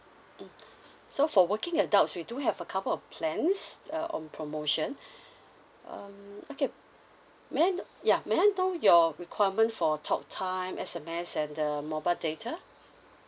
mm so for working adults we do have a couple of plans uh on promotion um okay may I kno~ ya may I know your requirement for talk time S_M_S and the mobile data